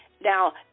Now